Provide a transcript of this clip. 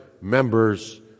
members